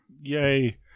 Yay